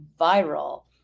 viral